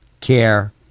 care